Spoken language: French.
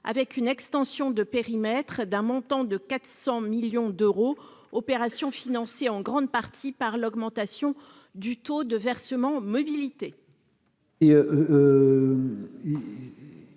avec une extension de périmètre, d'un montant de 400 millions d'euros, opération financée en grande partie par l'augmentation du taux du versement mobilité.